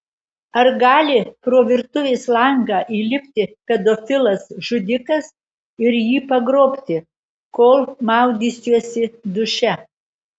ar gali pro virtuvės langą įlipti pedofilas žudikas ir jį pagrobti kol maudysiuosi duše